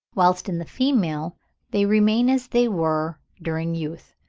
whilst in the female they remain as they were during youth.